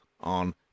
on